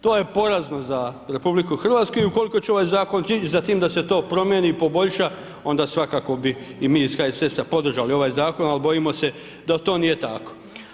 To je porazno za RH i ukoliko će ovaj zakon ić za tim da se to promijeni, poboljša onda svakako bi i mi iz HSS-a podržali ovaj zakon, al bojimo se da to nije tako.